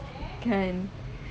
kan